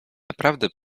naprawdę